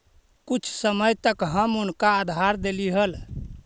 कुछ समय तक हम उनका उधार देली हल